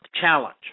challenge